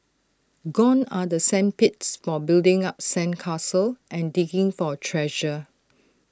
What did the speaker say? gone are the sand pits for building up sand castles and digging for treasure